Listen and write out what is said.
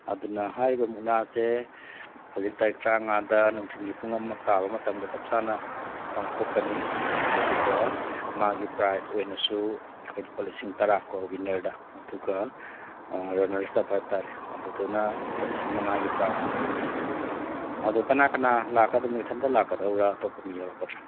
ꯑꯗꯨꯅ ꯍꯥꯏꯔꯤꯕ ꯃꯨꯛꯅꯥꯁꯦ ꯍꯧꯖꯤꯛ ꯇꯥꯔꯤꯛ ꯇꯔꯥ ꯃꯉꯥꯗ ꯅꯨꯡꯊꯤꯜꯒꯤ ꯄꯨꯡ ꯑꯃ ꯇꯥꯕ ꯃꯇꯝꯗ ꯆꯞ ꯆꯥꯅ ꯄꯥꯡꯊꯣꯛꯀꯅꯤ ꯑꯗꯨꯗꯨꯒ ꯃꯥꯒꯤ ꯄ꯭ꯔꯥꯏꯖ ꯑꯣꯏꯅꯁꯨ ꯑꯩꯈꯣꯏ ꯂꯨꯄꯥ ꯂꯤꯁꯤꯡ ꯇꯔꯥ ꯀꯣ ꯋꯤꯟꯅꯔꯗ ꯑꯗꯨꯒ ꯔꯟꯅꯔ꯭ꯁ ꯑꯞ ꯍꯥꯏꯕ ꯇꯥꯔꯦ ꯑꯗꯨꯗꯨꯅ ꯂꯨꯄꯥ ꯂꯤꯁꯤꯡ ꯃꯉꯥꯒꯤ ꯄ꯭ꯔꯥꯏꯖꯇꯨ ꯊꯝꯃꯤ ꯑꯗꯨ ꯀꯅꯥ ꯀꯅꯥ ꯂꯥꯛꯀꯗꯕꯅꯣ ꯏꯊꯟꯇ ꯂꯥꯛꯀꯗꯧꯕ꯭ꯔꯥ ꯑꯇꯣꯞꯄ ꯃꯤ ꯌꯥꯎꯔꯛꯀꯗ꯭ꯔꯥ